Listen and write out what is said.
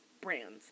brands